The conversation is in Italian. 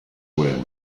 guerra